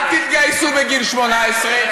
אל תתגייסו בגיל 18,